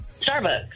Starbucks